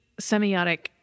semiotic